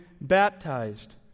baptized